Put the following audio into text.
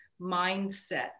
mindset